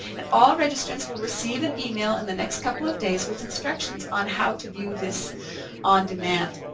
and all registrants will receive an email in the next couple of days with instructions on how to view this on demand.